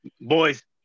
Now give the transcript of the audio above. boys